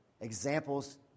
Examples